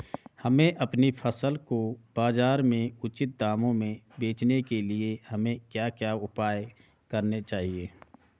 हमें अपनी फसल को बाज़ार में उचित दामों में बेचने के लिए हमें क्या क्या उपाय करने चाहिए?